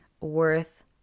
worth